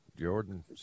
Jordan